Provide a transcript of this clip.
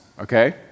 okay